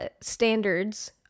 standards